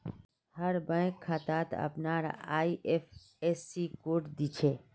हर bank खातात अपनार IFSC code दि छे